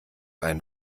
einen